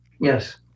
Yes